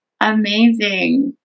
amazing